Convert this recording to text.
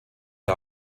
der